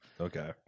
Okay